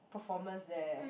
performance there